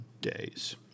days